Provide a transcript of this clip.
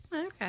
Okay